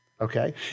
Okay